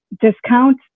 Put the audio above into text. discount